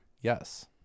Yes